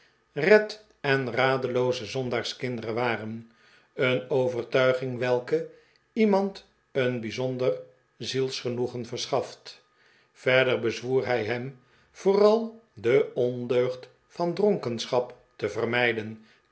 red en radelooze zondaarskinderen waren een overtuiging welke iemand een bijzonder zielsgenoegen verschaft verder bezwoer hij hem vooral de ondeugd van dronkenschap te vermijden